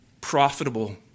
profitable